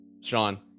Sean